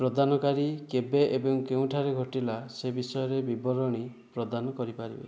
ପ୍ରଦାନକାରୀ କେବେ ଏବଂ କେଉଁଠାରେ ଘଟିଲା ସେ ବିଷୟରେ ବିବରଣୀ ପ୍ରଦାନ କରିପାରିବେ